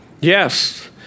Yes